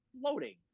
floating